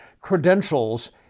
credentials